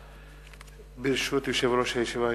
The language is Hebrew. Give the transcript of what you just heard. ברשות יושב-ראש הישיבה,